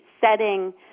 setting